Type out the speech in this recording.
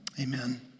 Amen